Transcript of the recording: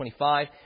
25